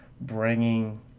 bringing